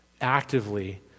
actively